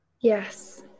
Yes